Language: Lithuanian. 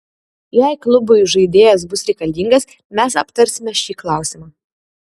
jei klubui žaidėjas bus reikalingas mes aptarsime šį klausimą